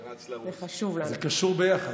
זה קשור ביחד.